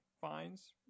finds